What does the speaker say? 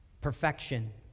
perfection